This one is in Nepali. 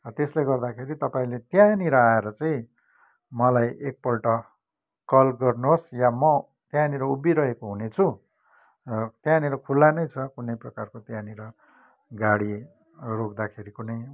र त्यसले गर्दाखेरि तपाईँले त्यहाँनिर आएर चाहिँ मलाई एकपल्ट कल गर्नुहोस् या म त्यहाँनिर उभिरहेको हुनेछु र त्यहाँनिर खुल्ला नै छ कुनै प्रकारको त्यहाँनिर गाडी रोक्दाखेरि कुनै